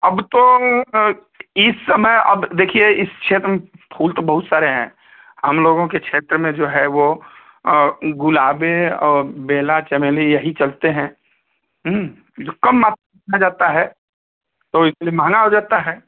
अब तो इस समय अब देखिए इस क्षेत्रम फूल तो बहुत सारे हैं हम लोगों के क्षेत्र में जो है वह गुलाबें बेला चमेली यही चलते हैं जो कम मा जाता है तो इसलिए महँगा हो जाता है